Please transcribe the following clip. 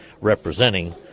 representing